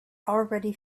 already